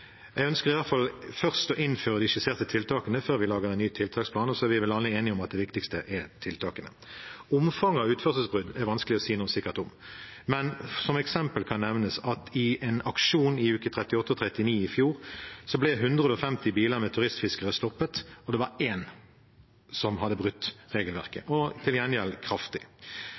Jeg ønsker i hvert fall først å innføre de skisserte tiltakene, før vi lager en ny tiltaksplan, og så er vi vel alle enige om at det viktigste er tiltakene. Omfanget av utførselsbrudd er vanskelig å si noe sikkert om, men som eksempel kan nevnes at i en aksjon i uke 38 og 39 i fjor ble 150 biler med turistfiskere stoppet, og det var én som hadde brutt regelverket – men til gjengjeld kraftig.